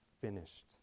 finished